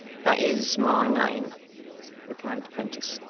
that is my name replied the prentice.